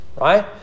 right